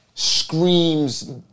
Screams